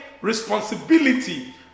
responsibility